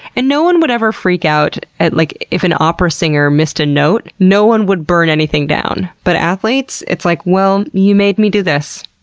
and no one would ever freak out like if an opera singer missed a note. no one would burn anything down. but athletes, it's like, well, you made me do this.